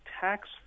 tax